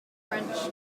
french